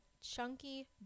chunky